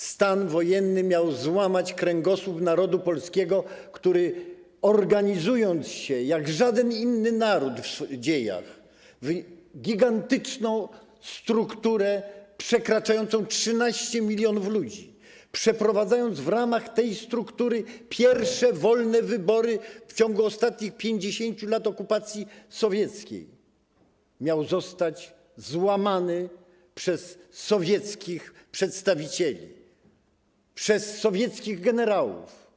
Stan wojenny miał złamać kręgosłup narodu polskiego, który organizując się, jak żaden inny naród w dziejach, w gigantyczną strukturę liczącą ponad 13 mln ludzi, przeprowadzając w ramach tej struktury pierwsze wolne wybory w ciągu ostatnich 50 lat okupacji sowieckiej, miał zostać złamany przez sowieckich przedstawicieli, przez sowieckich generałów.